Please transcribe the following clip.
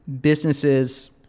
businesses